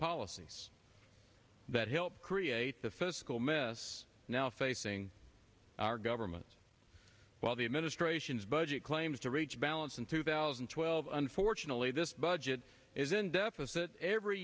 policies that helped create the fiscal mess now facing our government while the administration's budget claims to reach balance in two thousand and twelve unfortunately this budget is in deficit every